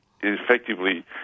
effectively